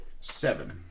Seven